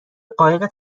قایق